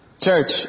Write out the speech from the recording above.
Church